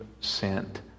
sent